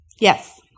Yes